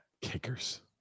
kickers